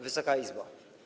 Wysoka Izbo!